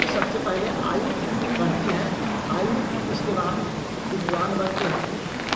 तो सबसे पहले आयु बढ़ती है आयु इसके बाद विद्वान बनते हैं